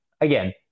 again